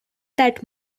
that